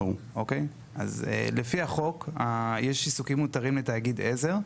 אז לפי החוק, יש עיסוקים מותרים לתאגיד עזר,